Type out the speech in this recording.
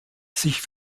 sich